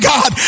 God